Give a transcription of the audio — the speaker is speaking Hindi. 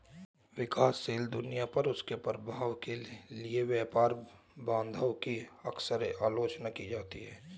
विकासशील दुनिया पर उनके प्रभाव के लिए व्यापार बाधाओं की अक्सर आलोचना की जाती है